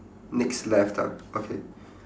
next left ah okay